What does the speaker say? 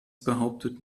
behauptet